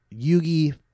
Yugi